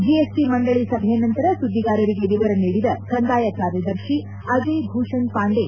GS ಮಂಡಳಿ ಸಭೆಯ ನಂತರ ಸುದ್ದಿಗಾರರಿಗೆ ವಿವರ ನೀಡಿದ ಕಂದಾಯ ಕಾರ್ಯದರ್ತಿ ಅಜಯ್ ಭೂಷಣ್ ಪಾಂಡೆ